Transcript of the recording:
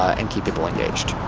and keep people engaged.